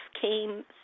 came